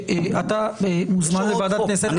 אתה מוזמן לוועדת כנסת --- יש הוראות חוק,